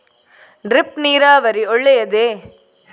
Drip ನೀರಾವರಿ ಒಳ್ಳೆಯದೇ?